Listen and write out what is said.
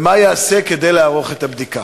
3. מה ייעשה כדי לערוך את הבדיקה?